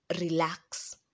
relax